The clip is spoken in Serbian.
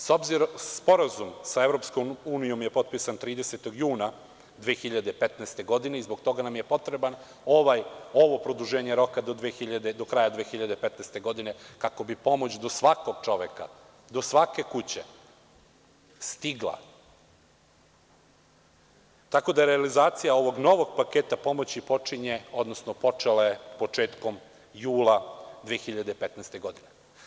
Sporazum sa EU je potpisan 30. juna 2015. godine i zbog toga nam je potrebno ovo produženje roka do kraja 2015. godine, kako bi pomoć do svakog čoveka, do svake kuće stigla, tako da je realizacija ovog novog paketa pomoći počela početkom jula 2015. godine.